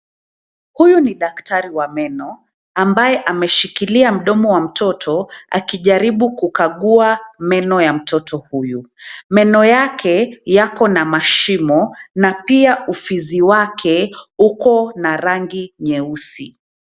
Huyu ni daktari wa meno ambaye ameshikilia mdomo wa mtoto akijaribu kukagua meno ya mtoto huyu. Meno yake yako na mashimo, na pia ufizi wake uko na rangi nyeusi.